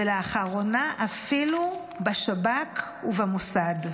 ולאחרונה אפילו בשב"כ ובמוסד.